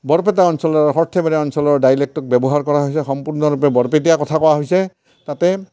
বৰপেটা অঞ্চলৰ সৰ্থেবাৰী অঞ্চলৰ ডাইলেক্টক ব্যৱহাৰ কৰা হৈছে সম্পূৰ্ণৰূপে বৰপেটীয়া কথা কোৱা হৈছে তাতে